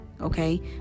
Okay